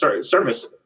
service